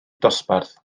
dosbarth